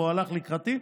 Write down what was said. והוא הלך לקראתי.